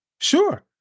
Sure